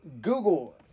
Google